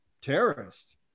terrorist